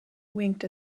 winked